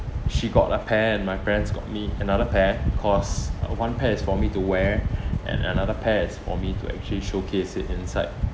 she got a pair and my parents got me another pair cause uh one pair is for me to wear and another pair is for me to actually showcase it inside